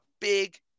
big